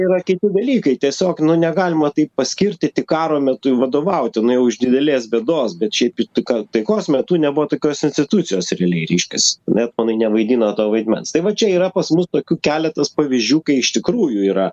yra kiti dalykai tiesiog nu negalima taip paskirti tik karo metu vadovauti nu jau iš didelės bėdos bet šiaip tai ką taikos metu nebuvo tokios institucijos realiai reiškias bet ponai nevaidino to vaidmens tai va čia yra pas mus tokių keletas pavyzdžių kai iš tikrųjų yra